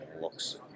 looks